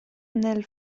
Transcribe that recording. nel